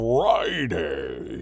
Friday